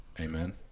Amen